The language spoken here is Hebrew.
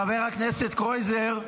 חבר הכנסת קרויזר,